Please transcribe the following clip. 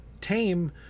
tame